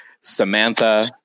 Samantha